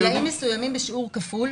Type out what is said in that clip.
בגילאים מסוימים בשיעור כפול.